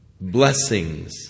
blessings